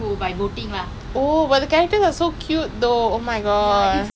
it's so funny there's like an imposter style ரொம்ப:romba fun lah